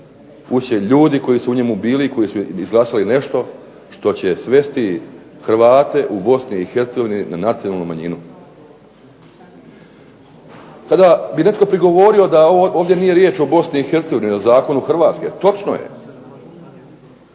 će ljudi koji su u njemu bili i koji su izglasali nešto što će svesti Hrvate u Bosni i Hercegovini na nacionalnu manjinu. Kada bi netko prigovorio da ovdje nije riječ o Bosni i Hercegovini nego o zakonu Hrvatske točno je.